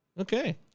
Okay